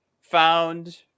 found